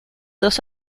dos